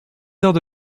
heures